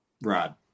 rod